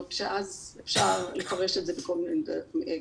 שאז אפשר לפרש את זה בכל מיני דרכים,